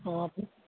অঁ